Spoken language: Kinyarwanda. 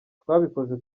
twabikoze